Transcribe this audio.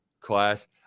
class